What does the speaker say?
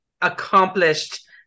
accomplished